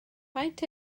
faint